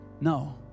no